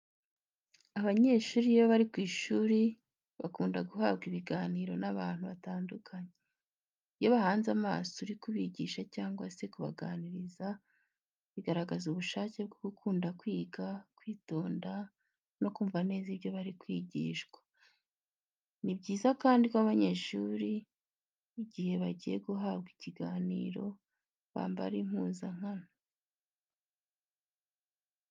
Abanyeshuri iyo bari ku ishuri bakunda guhabwa ibiganiro n'abantu batandukanye. Iyo bahanze amaso uri kubigisha cyangwa se kubaganiriza, bigaragaza ubushake bwo gukunda kwiga, kwitonda, no kumva neza ibyo bari kwigishwa. Ni byiza kandi ko abanyeshuri igihe bagiye guhabwa ikiganiro bambara impuzankano.